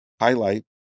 highlight